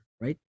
right